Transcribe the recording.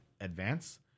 advance